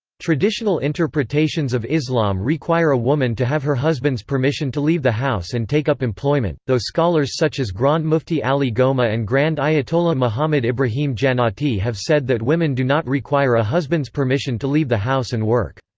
traditional interpretations of islam require a woman to have her husband's permission to leave the house and take up employment, though scholars such as grand mufti ali gomaa and grand ayatollah mohammad ebrahim jannaati have said that women do not require a husband's permission to leave the house and work.